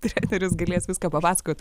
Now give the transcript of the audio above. treneris galės viską papasakot